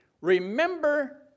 Remember